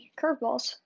curveballs